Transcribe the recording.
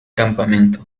campamento